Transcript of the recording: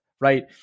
right